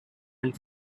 and